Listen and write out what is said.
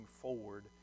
forward